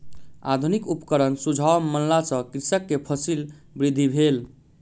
आधुनिक उपकरणक सुझाव मानला सॅ कृषक के फसील वृद्धि भेल